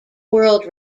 world